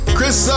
Chris